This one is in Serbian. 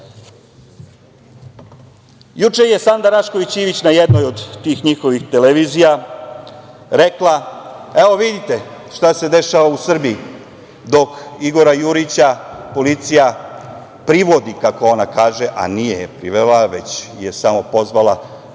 je Sanda Rašković Ivić na jednoj od tih njihovih televizija rekla: "Evo, vidite šta se dešava u Srbiji dok Igora Jurića policija privodi", kako ona kaže, a nije privela, već je samo pozvala